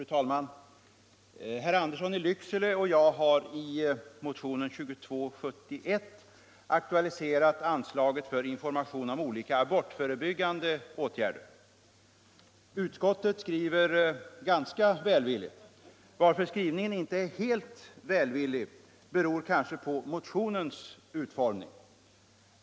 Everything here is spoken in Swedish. Fru talman! Herr Andersson i Lycksele och jag har i motionen 2271 aktualiserat anslaget för information om olika abortförebyggande åtgärder. Utskottet skriver ganska välvilligt. Att skrivningen inte är helt välvillig beror kanske på motionens utformning.